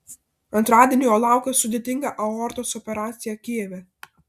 antradienį jo laukė sudėtinga aortos operacija kijeve